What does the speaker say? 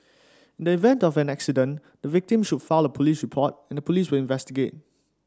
in the event of an accident the victim should file a police report and the police will investigate